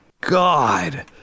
god